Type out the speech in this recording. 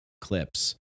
clips